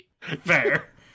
Fair